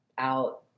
out